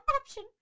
option